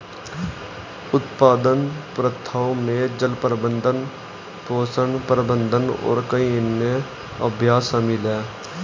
उत्पादन प्रथाओं में जल प्रबंधन, पोषण प्रबंधन और कई अन्य अभ्यास शामिल हैं